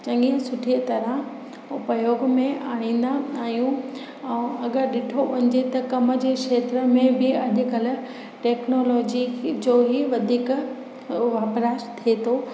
चङी सुठी तरह उपयोग में आणींदा आहियूं ऐं अगरि ॾिठो वञिजे त कम जे खेत्र में बि अॼुकल्ह टेक्नोलॉजीअ जो ई वधीक वाप्राश थिए थो